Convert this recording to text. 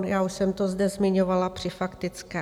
Já už jsem to zde zmiňovala při faktické.